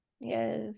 yes